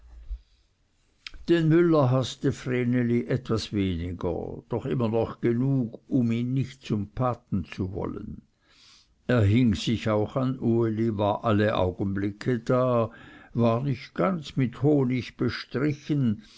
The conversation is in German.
den müller haßte vreneli etwas weniger doch immer noch genug um ihn nicht zum götti zu wollen er hing sich auch an uli war alle augenblicke da war nicht ganz mit honig bestrichen